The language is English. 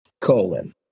Colon